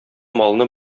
малны